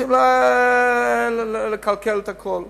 רוצים לקלקל את הכול.